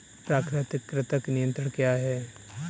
प्राकृतिक कृंतक नियंत्रण क्या है?